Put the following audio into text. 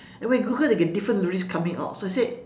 and when you google they get different lyrics coming out so I said